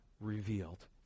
revealed